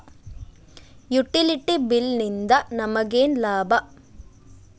Utility bill ನಿಂದ್ ನಮಗೇನ ಲಾಭಾ?